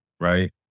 right